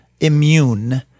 immune